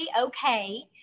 okay